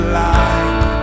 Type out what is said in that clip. life